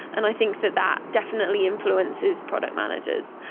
and i think that that definitely influences product managers.